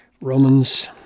Romans